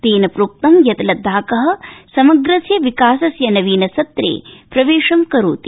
तेन प्रोक्तं यत् लददाख समग्रस्य विकासस्य नवीन सत्रे प्रवेशम् करोति